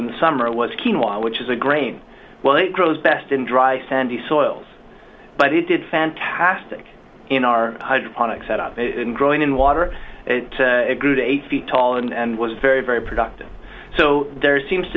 in the summer was keen y which is a grain well it grows best in dry sandy soils but it did fantastic in our hydroponic set up and growing in water it grew to eight feet tall and was very very productive so there seems